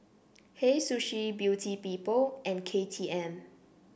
Hei Sushi Beauty People and K T M